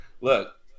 look